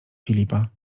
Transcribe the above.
filipa